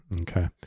Okay